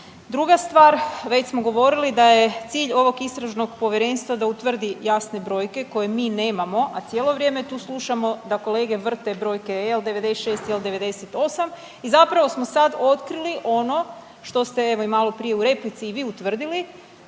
Druga stvar već smo govorili da je cilj ovog Istražnog povjerenstva da utvrdi jasne brojke koje mi nemamo, a cijelo vrijeme tu slušamo da kolege vrte brojke L96, L98 i zapravo smo sad otkrili ono što ste evo i malo prije u replici i vi utvrdili,